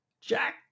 Jack